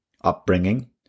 upbringing